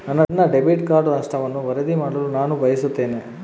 ನನ್ನ debit card ನಷ್ಟವನ್ನು ವರದಿ ಮಾಡಲು ನಾನು ಬಯಸುತ್ತೇನೆ